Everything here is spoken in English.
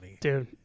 Dude